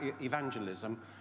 evangelism